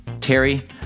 terry